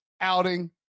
outing